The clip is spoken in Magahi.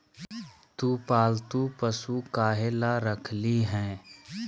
तु पालतू पशु काहे ला रखिली हें